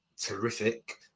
terrific